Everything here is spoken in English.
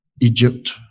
Egypt